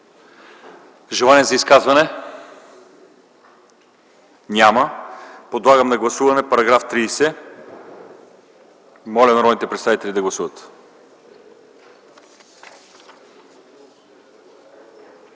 желаещи за изказвания? Няма. Подлагам на гласуване § 43. Моля народните представители да гласуват.